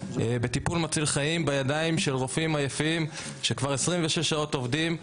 בטיפול מציל חיים בידיים של רופאים עייפים שכבר 26 שעות עובדים,